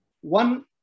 One